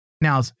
Now